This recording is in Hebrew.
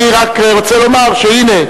אני רק רוצה לומר שהנה,